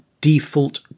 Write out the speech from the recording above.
default